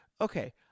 Okay